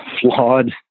flawed